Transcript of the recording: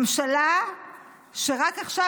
ממשלה שרק עכשיו,